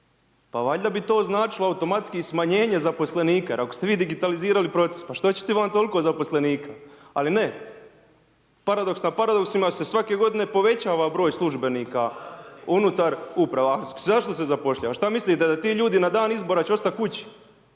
pa valjda bi to značilo automatski i smanjenje zaposlenika. Jer ako ste vi digitalizirali proces pa što ćete imati toliko zaposlenika? Ali ne, paradoks na paradoksima se svake godine povećava broj službenika unutar uprava. A zašto se zapošljava? Šta mislite da ti ljudi na dan izbora će ostati kući?